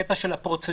בקטע של הפרוצדורה,